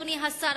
אדוני השר,